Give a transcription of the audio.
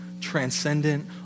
transcendent